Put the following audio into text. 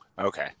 Okay